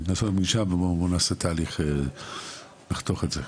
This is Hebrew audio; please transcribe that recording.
בואו נעשה תהליך, נחתוך את זה.